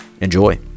Enjoy